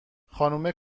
خانومه